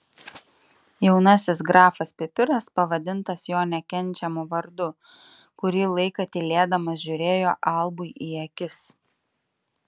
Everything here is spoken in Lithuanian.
jaunasis grafas pipiras pavadintas jo nekenčiamu vardu kurį laiką tylėdamas žiūrėjo albui į akis